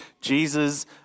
Jesus